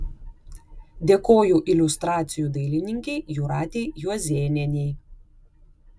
dėkoju iliustracijų dailininkei jūratei juozėnienei